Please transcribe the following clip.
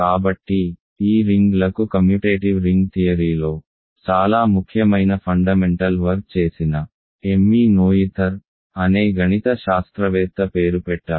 కాబట్టి ఈ రింగ్లకు కమ్యుటేటివ్ రింగ్ థియరీలో చాలా ముఖ్యమైన ఫండమెంటల్ వర్క్ చేసిన "ఎమ్మీ నోయిథర్" అనే గణిత శాస్త్రవేత్త పేరు పెట్టారు